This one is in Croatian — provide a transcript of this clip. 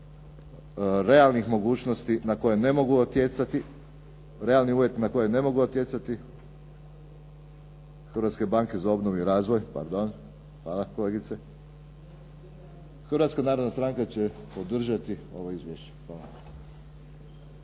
Hrvatska narodna stranka će podržati ovo izvješće.